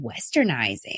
westernizing